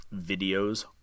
videos